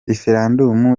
referendum